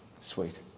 Sweet